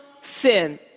sin